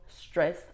stress